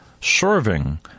serving